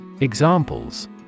Examples